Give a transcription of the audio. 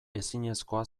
ezinezkoa